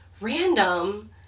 random